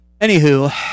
Anywho